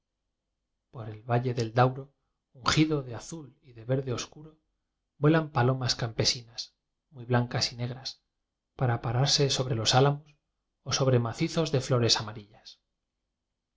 por el valle del dauro ungido de azul y de verde obscuro vuelan palomas campesi nas muy blancas y negras para pararse sobre los álamos o sobre macizos de flores amarillas